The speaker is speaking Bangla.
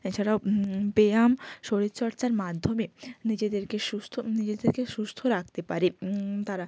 এছাড়াও ব্যায়াম শরীরচর্চার মাধ্যমে নিজেদেরকে সুস্থ নিজেদেরকে সুস্থ রাখতে পারে তারা